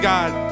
God